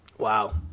Wow